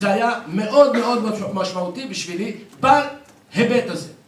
זה היה מאוד מאוד משמעותי בשבילי בהיבט הזה